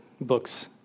books